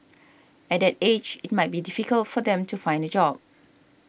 at that age it might be difficult for them to find a job